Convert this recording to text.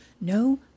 no